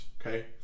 okay